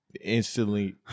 instantly